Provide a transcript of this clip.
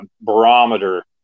barometer